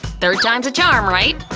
third time's a charm, right?